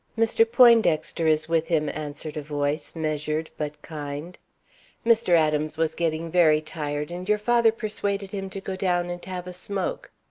mr. poindexter is with him, answered a voice, measured, but kind mr. adams was getting very tired, and your father persuaded him to go down and have a smoke.